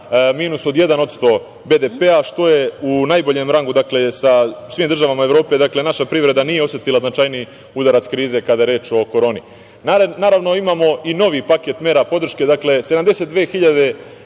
minus 1% BDP-a, što je u najboljem rangu sa svim državama Evrope. Naša privreda nije osetila značajniji udarac krize, kada je reč o koroni. Naravno, imamo i novi paket mera podrške. Sedamdeset